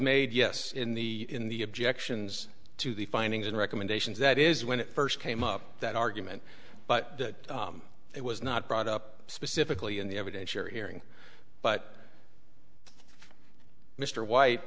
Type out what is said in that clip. made yes in the in the objections to the findings and recommendations that is when it first came up that argument but that it was not brought up specifically in the evidentiary hearing but mr w